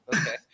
okay